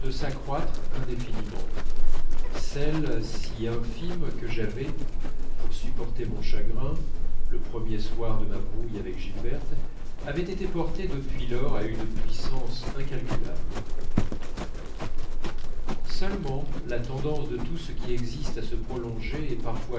s'accroître indéfiniment celles si infimes que j'avais pour supporter mon chagrin le premier soir de ma brouille avec gilberte avaient été portées depuis lors à une puissance incalculable seulement la tendance de tout ce qui existe à se prolonger est parfois